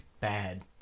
bad